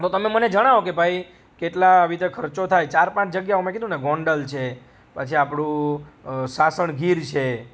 તો તમે મને જણાવો કે ભાઈ કેટલા આવી રીતે ખર્ચો થાય ચાર પાંચ જગ્યાઓ અમે કીધું ને ગોંડલ છે પછી આપણું સાસણગીર છે